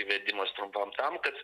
įvedimas trumpam tam kad